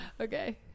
Okay